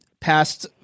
past